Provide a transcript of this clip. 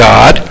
God